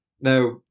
Now